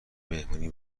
مهمونی